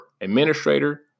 administrator